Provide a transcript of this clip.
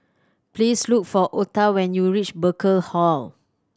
please look for Otha when you reach Burkill Hall